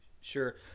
Sure